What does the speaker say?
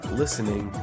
listening